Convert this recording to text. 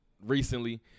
recently